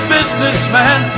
Businessman